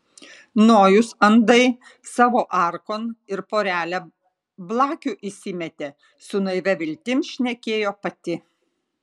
nojus andai savo arkon ir porelę blakių įsimetė su naivia viltim šnekėjo pati